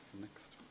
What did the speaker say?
Next